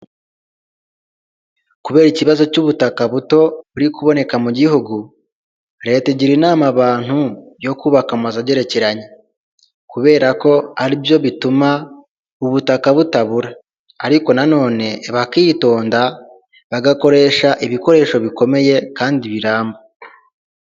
Kubera ikibazo cy'ubutaka buto buri kuboneka mu gihugu, leta igira inama abantu yo kubaka amazu agerekeranye, kubera ko aribyo bituma ubutaka butabura, ariko nanone bakitonda bagakoresha ibikoresho bikomeye kandi biramba.